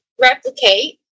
replicate